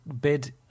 bid